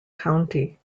county